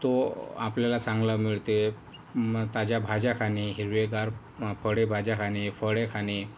तो आपल्याला चांगलं मिळते ताज्या भाज्या खाणे हिरवेगार फळेभाज्या खाणे फळे खाणे